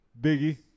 Biggie